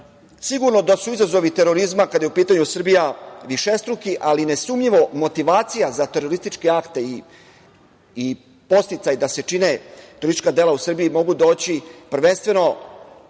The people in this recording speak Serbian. uredi. Sigurno da su izazovi terorizma kada je u pitanju Srbija višestruki, ali nesumnjivo motivacija za terorističke akte i podsticaj da se čine teroristička dela u Srbiji mogu doći prvenstveno